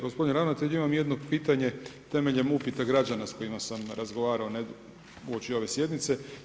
Gospodine ravnatelj imam jedno pitanje, temeljem upita građana s kojima sam razgovarao uoči ove sjednice.